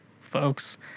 folks